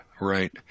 right